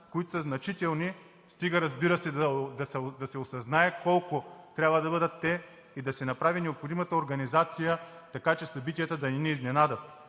които са значителни, стига, разбира се, да се осъзнае колкото трябва да бъдат те и да се направи необходимата организация, така че събитията да не ни изненадат.